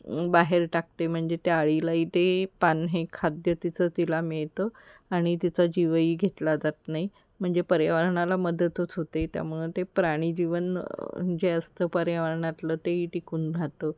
बाहेर टाकते म्हणजे त्या अळीलाही ते पान हे खाद्य तिचं तिला मिळतं आणि तिचा जीवही घेतला जात नाही म्हणजे पर्यावरणाला मदतच होते त्यामुळे ते प्राणी जीवन जे असतं पर्यावरणातलं तेही टिकून राहाते